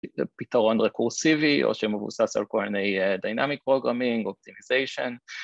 פתרון רקורסיבי או שמבוסס על כל מיני דיינמיק פרוגרמינג, אופטימיזיישן